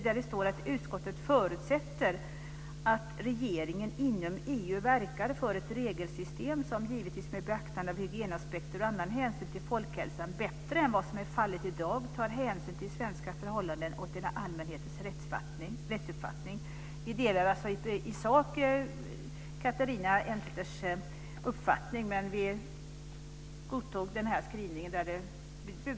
Där står det att utskottet förutsätter att regeringen inom EU verkar för ett regelsystem som, givetvis med beaktande av hygienaspekter och annan hänsyn till folkhälsan, bättre än vad som är fallet i dag tar hänsyn till svenska förhållanden och till allmänhetens rättsuppfattning. Vi delar alltså i sak Catharina Elmsäter-Svärds uppfattning, men vi godtog den här skrivningen.